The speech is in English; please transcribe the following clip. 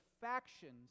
factions